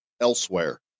Elsewhere